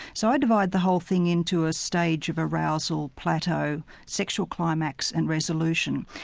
so i divide the whole thing into a stage of arousal plateau, sexual climax and resolution.